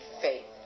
faith